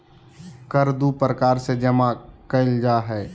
कर दू प्रकार से जमा कइल जा हइ